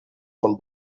von